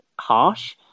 harsh